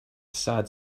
sad